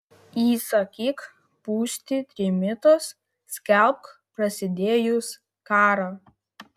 įsakyk pūsti trimitus skelbk prasidėjus karą